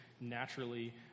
Naturally